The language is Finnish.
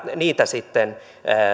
niitä sitten